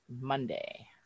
Monday